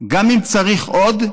גם אם צריך עוד,